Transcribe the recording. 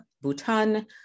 Bhutan